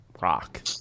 rock